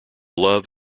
love